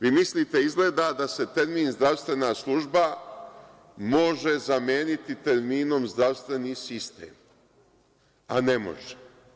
Vi mislite izgleda da se termin – zdravstvena služba može zameniti terminom – zdravstveni sistem, a ne može.